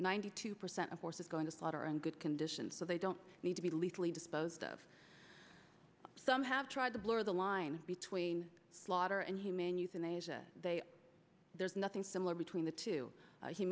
ninety two percent of horses going to slaughter and good condition so they don't need to be lethally disposed of some have tried to blur the line between slaughter and humane euthanasia they there's nothing similar between the two